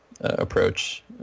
approach